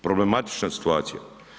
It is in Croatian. Problematična situacija.